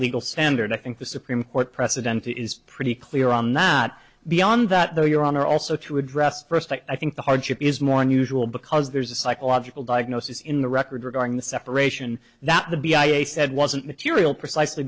legal standard i think the supreme court precedent is pretty clear i'm not beyond that though your honor also to address first i think the hardship is more unusual because there's a psychological diagnosis in the record regarding the separation that the b i a said wasn't material precisely